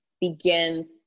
begin